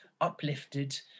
uplifted